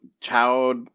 child